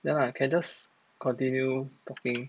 then I can just continue talking